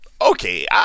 okay